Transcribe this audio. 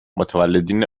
متولدین